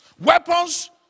Weapons